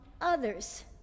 others